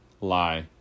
Lie